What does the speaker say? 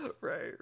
right